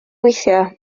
gweithio